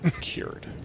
cured